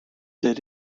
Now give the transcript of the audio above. that